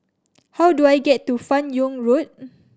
how do I get to Fan Yoong Road